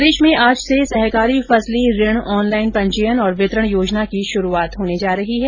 प्रदेश में आज से सहकारी फसली ऋण ऑनलाईन पंजीयन और वितरण योजना की शुरूआत होने जा रही है